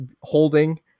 holding